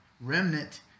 Remnant –